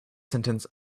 sentence